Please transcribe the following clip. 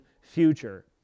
future